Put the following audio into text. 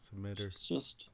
Submitters